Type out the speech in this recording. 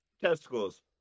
Testicles